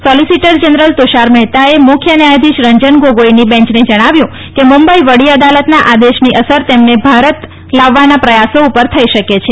solicitor general Tushar મહેતાએ મુખ્ય ન્યાયાધીશ રંજન ગોગોઇની બેન્ચને જણાવ્યું કે મુંબઇ વડી અદાલતના આદેશની અસર તેમને ભારત લાવવાના પ્રયાસો પર થઇ શકે છે